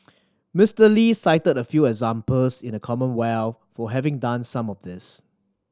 Mister Lee cited a few examples in the Commonwealth for having done some of this